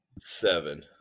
seven